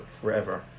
forever